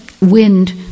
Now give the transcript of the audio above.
wind